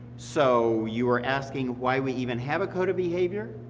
so, you were asking why we even have a code of behavior?